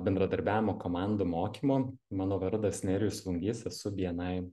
bendradarbiavimo komanda mokymo mano vardas nerijus lungys esu bni